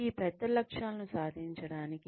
ఈ పెద్ద లక్ష్యాలను సాధించడానికి